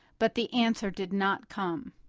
but the answer did not come.